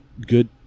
good